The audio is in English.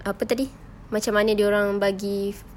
apa tadi macam mana dia orang bagi